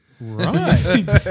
Right